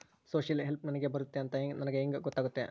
Social help ನನಗೆ ಬರುತ್ತೆ ಅಂತ ನನಗೆ ಹೆಂಗ ಗೊತ್ತಾಗುತ್ತೆ?